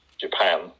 Japan